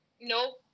no